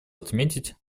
отметить